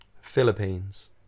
Philippines